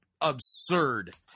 absurd